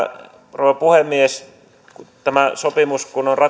rouva puhemies tämä sopimus on ratifioitu